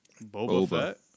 Boba